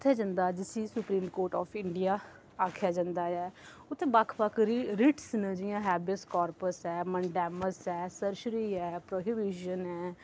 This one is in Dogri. उत्थै जंदा जिसी सुप्रिम कोर्ट आफ इंडिया आखेआ जंदा ऐ उत्थै बक्ख बक्ख रिटस न जि'यां हैवडस कार्पस ऐ मंडा ऐ मसद ऐ सर्सरी ऐ प्रोविजन ऐ